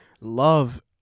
love